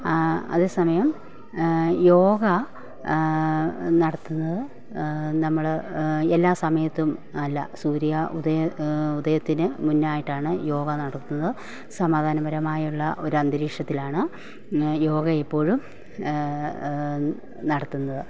അതേസമയം യോഗ നടത്തുന്നത് നമ്മൾ എല്ലാ സമയത്തും അല്ല സൂര്യാ ഉദയ ഉദയത്തിനു മുന്നായിട്ടാണ് യോഗ നടത്തുന്നത് സമാധാനപരമായുള്ള ഒരന്തരീക്ഷത്തിലാണ് യോഗായെപ്പോഴും നടത്തുന്നത്